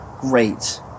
great